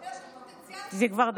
יש פוטנציאל, זה כבר דקה.